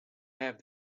have